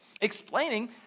explaining